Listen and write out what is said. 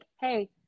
hey